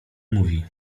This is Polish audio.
mówi